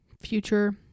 future